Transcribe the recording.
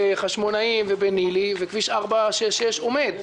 בחשמונאים ובנילי וכביש 466 עומד.